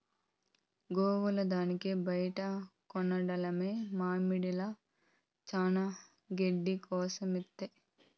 గోవుల దానికి బైట కొనుడేల మామడిల చానా గెడ్డి కోసితిమి